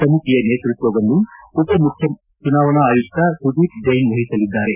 ಸಮಿತಿಯ ನೇತೃತ್ವವನ್ನು ಉಪ ಮುಖ್ಯ ಚುನಾವಣಾ ಆಯುಕ್ತ ಸುದೀಪ್ ಜೈನ್ ವಹಿಸಲಿದ್ದಾರೆ